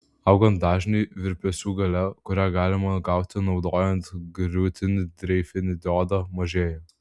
augant dažniui virpesių galia kurią galima gauti naudojant griūtinį dreifinį diodą mažėja